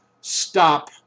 stop